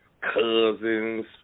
cousins